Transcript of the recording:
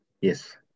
Yes